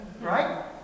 right